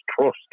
trust